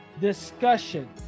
discussion